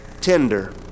tender